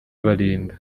balinda